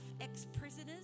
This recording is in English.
Ex-prisoners